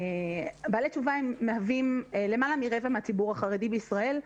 בעלי תשובה מהווים למעלה מרבע מן הציבור החרדי בישראל.